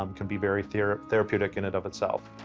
um can be very ther therapeutic in and of itself.